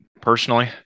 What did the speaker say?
personally